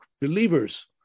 believers